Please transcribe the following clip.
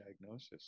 diagnosis